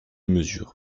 mesure